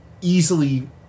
easily